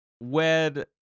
Wed